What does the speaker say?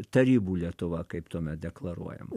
tarybų lietuva kaip tuomet deklaruojama